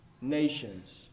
nations